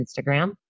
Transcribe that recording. Instagram